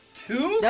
two